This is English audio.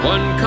One